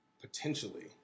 potentially